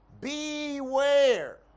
Beware